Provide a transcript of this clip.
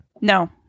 No